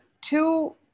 two